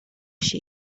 się